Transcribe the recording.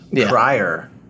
prior